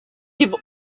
give